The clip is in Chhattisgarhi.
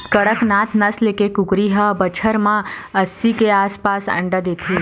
कड़कनाथ नसल के कुकरी ह बछर म अस्सी के आसपास अंडा देथे